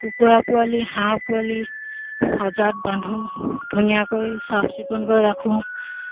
কুকুৰা পোৱালি হাঁহ পোৱালি সজাত বান্ধোঁ ধুনীয়াকৈ চাফচিকুণকৈ ৰাখোঁ